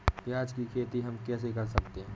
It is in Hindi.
प्याज की खेती हम कैसे कर सकते हैं?